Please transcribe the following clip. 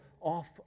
off